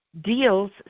Deals